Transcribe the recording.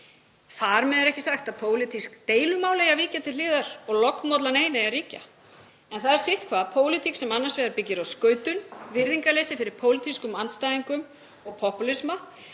Þar með er ekki sagt að pólitísk deilumál eigi að víkja til hliðar og lognmollan ein að ríkja. En það er sitt hvað, pólitík sem annars vegar byggir á skautun, virðingarleysi fyrir pólitískum andstæðingum og popúlisma